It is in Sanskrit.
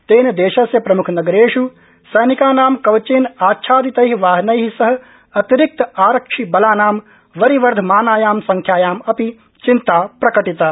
तेन देशस्य प्रमुखनगरेष् सैनिकानां कवचाच्छादितै वाहनै सह अतिरिक्त आरक्षिबलानां वरिवर्धमानायां संख्यायामपि चिन्ता प्रकटिता